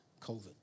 COVID